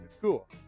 cool